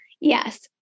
Yes